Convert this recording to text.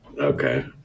Okay